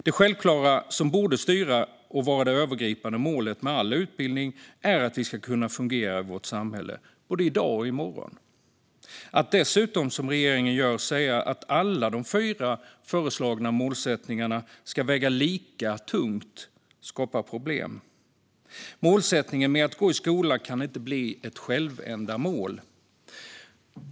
Det självklara som borde styra och vara det övergripande målet med all utbildning är att vi ska kunna fungera i vårt samhälle, både i dag och i morgon. Att dessutom, som regeringen gör, säga att alla de fyra föreslagna målsättningarna ska väga lika tungt skapar problem. Målsättningen med att gå i skolan kan inte bli ett självändamål.